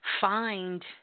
find